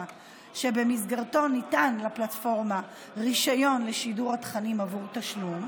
שבמסגרתו ניתן לפלטפורמה רישיון לשידור התוכנים עבור תשלום,